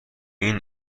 این